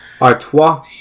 Artois